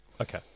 Okay